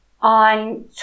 on